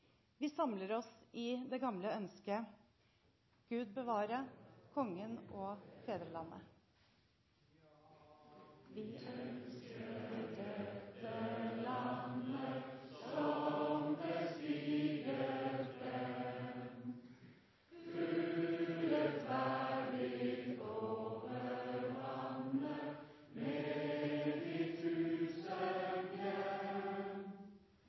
Vi samler oss i det gamle ønsket: Gud bevare Kongen og fedrelandet!